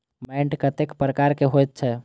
मैंट कतेक प्रकार के होयत छै?